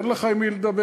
אין לך עם מי לדבר,